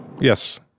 Yes